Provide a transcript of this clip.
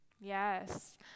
Yes